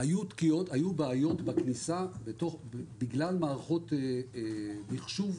היו תקיעות, היו בעיות בכניסה בגלל מערכות מחשוב.